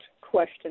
question